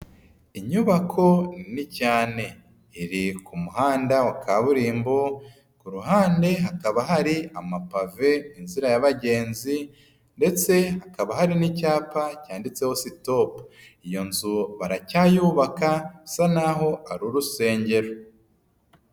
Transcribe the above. Inyubako nini cyane. Iri ku muhanda wa kaburimbo, ku ruhande hakaba hari amapave n'inzira y'abagenzi ndetse hakaba hari n'icyapa cyanditseho sitopu. Iyo nzu baracyayubaka, bisa naho ari urusengero.